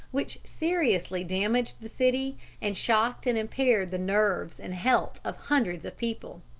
which seriously damaged the city and shocked and impaired the nerves and health of hundreds of people.